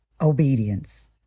Obedience